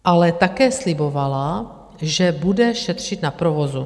Ale také slibovala, že bude šetřit na provozu.